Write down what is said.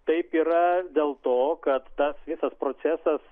taip yra dėl to kad tas visas procesas